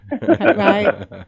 Right